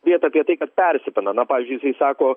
bėt apie tai kad persipina na pavyzdžiui jisai sako